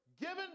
given